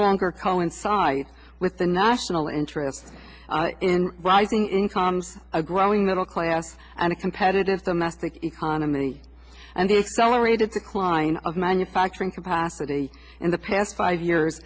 longer coincide with the national interest in rising incomes a growing middle class and a competitive domestic economy and the celebrated decline of manufacturing capacity in the past five years